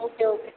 okay okay